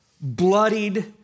bloodied